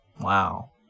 Wow